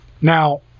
Now